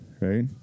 right